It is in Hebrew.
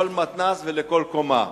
לכל מתנ"ס ולכל קומה.